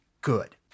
good